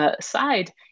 Side